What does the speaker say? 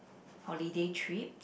holiday trip